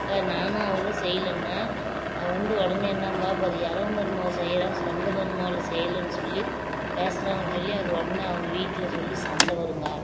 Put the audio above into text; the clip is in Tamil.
அக்கா நானும் அவளும் செய்யலன்னா அவள் வந்து உடனே என்னாம்பா பார் எறவுல் மருமக செய்யிறாள் சொந்த மருமகளு செய்யலைன்னு சொல்லி பேசுறாங்கனு சொல்லி அது உடனே அவங்க வீட்டில சொல்லி சண்டை வருங்கா